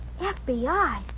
FBI